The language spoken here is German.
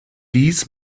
dies